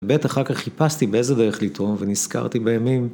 בטח אחר כך חיפשתי באיזה דרך לטעום ונזכרתי בימים.